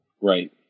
Right